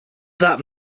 that